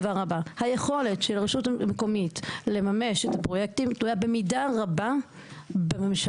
היכולת של רשות מקומית לממש את הפרויקטים תלויה במידה רבה בממשלה,